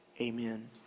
Amen